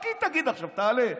אם היא רק תגיד עכשיו, תעלה ותגיד: